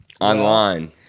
online